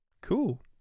cool